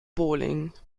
bowling